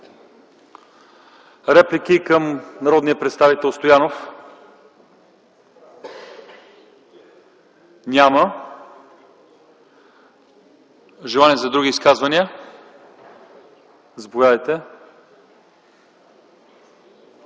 реплики към народния представител Стоянов? Няма. Желание за други изказвания? Заповядайте.